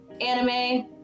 anime